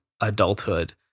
adulthood